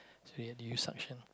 so we had to use suction